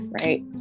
right